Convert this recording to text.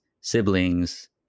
siblings